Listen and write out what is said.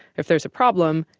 if there's a problem,